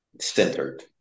centered